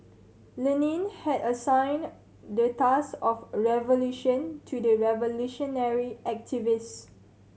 Lenin had assigned the task of revolution to the revolutionary activist